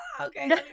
Okay